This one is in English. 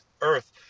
earth